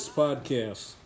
podcast